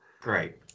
Great